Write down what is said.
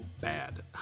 bad